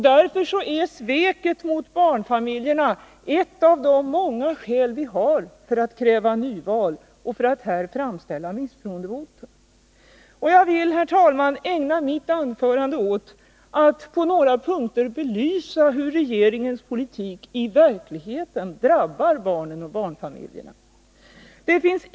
Därför är sveket mot barnfamiljerna ett av de många skäl vi har för att kräva nyval och för att här i riksdagen begära misstroendevotum. Jag vill, herr talman, ägna mitt anförande åt att på några punkter belysa hur regeringens politik i verkligheten drabbar barnen och barnfamiljerna.